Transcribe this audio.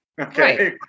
okay